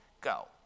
go